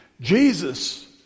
Jesus